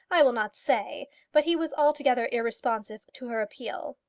i will not say but he was altogether irresponsive to her appeal.